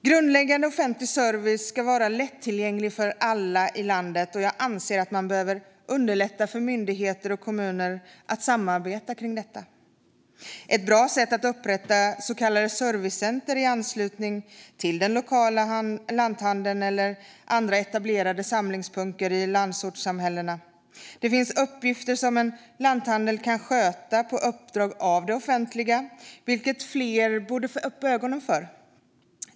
Grundläggande offentlig service ska vara lättillgänglig för alla i landet, och jag anser att man behöver underlätta för myndigheter och kommuner att samarbeta kring detta. Ett bra sätt är att upprätta så kallade servicecenter i anslutning till den lokala lanthandeln eller andra etablerade samlingspunkter i landsortssamhällena. Det finns uppgifter som en lanthandel kan sköta på uppdrag av det offentliga, vilket fler borde få upp ögonen för.